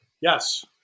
Yes